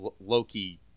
Loki